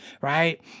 right